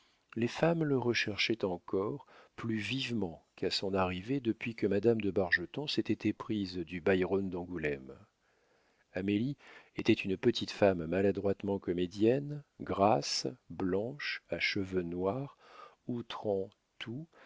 les femmes le recherchaient encore plus vivement qu'à son arrivée depuis que madame de bargeton s'était éprise du byron d'angoulême amélie était une petite femme maladroitement comédienne grasse blanche à cheveux noirs outrant tout